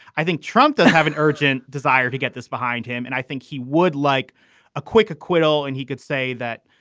i think trump does have an urgent desire to get this behind him. and i think he would like a quick acquittal. and he could say that,